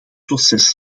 proces